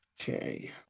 Okay